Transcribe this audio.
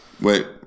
Wait